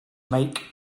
make